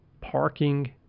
parking